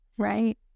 Right